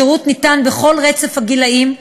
השירות ניתן בכל רצף הגילים,